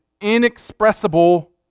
inexpressible